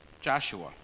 Joshua